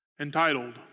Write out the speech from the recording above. entitled